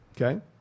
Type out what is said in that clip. Okay